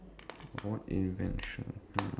what invention um